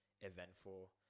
eventful